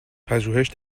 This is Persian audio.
پژوهش